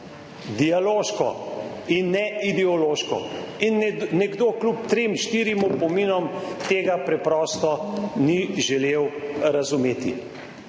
dialoško in ne ideološko. In nekdo kljub trem, štirim opominom tega preprosto ni želel razumeti.